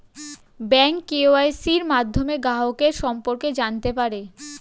bank কেওয়াইসির মাধ্যমে গ্রাহকের সম্পর্কে জানতে পারে